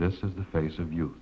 this is the face of you